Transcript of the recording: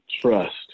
trust